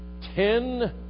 Ten